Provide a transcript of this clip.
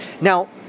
Now